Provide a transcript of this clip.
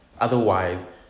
Otherwise